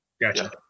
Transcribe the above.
Gotcha